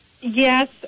yes